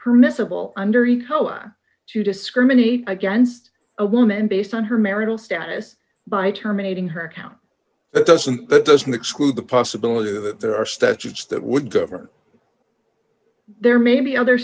permissible under any cola to discriminate against a woman based on her marital status by terminating her account it doesn't that doesn't exclude the possibility that there are statutes that would cover there may be other